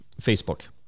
Facebook